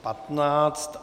15.